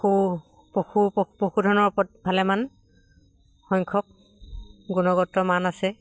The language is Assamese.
পশু পশু পশু পশুধনৰ ওপৰত ভালেমান সংখ্যক গুণগত মান আছে